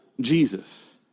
Jesus